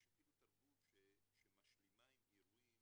יש אפילו תרבות שמשלימה עם אירועים